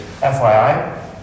FYI